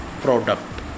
product